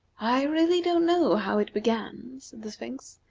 i really don't know how it began, said the sphinx,